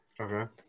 Okay